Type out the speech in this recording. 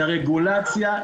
את הרגולציה,